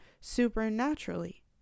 supernaturally